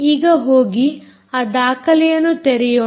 ಈಗ ಹೋಗಿ ಆ ದಾಖಲೆಯನ್ನು ತೆರೆಯೋಣ